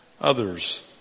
others